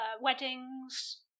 weddings